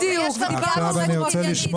בדיוק, ודיברנו על רטרואקטיבי.